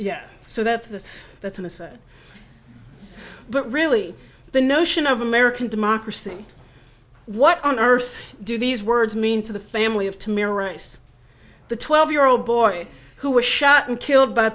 yet so that this that's an aside but really the notion of american democracy what on earth do these words mean to the family of tamir rice the twelve year old boy who was shot and killed by